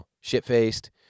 shit-faced